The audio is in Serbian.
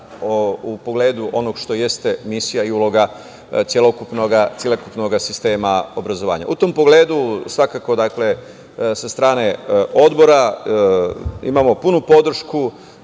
u pogledu onoga što jeste misija i uloga celokupnoga sistema obrazovanja.U tom pogledu, svakako, sa strane Odbora, imamo punu podršku